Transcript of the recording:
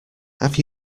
have